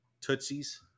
tootsies